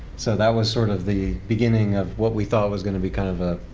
so that was sort of the beginning of what we thought was going to be kind of a,